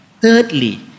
Thirdly